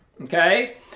okay